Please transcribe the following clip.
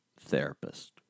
therapist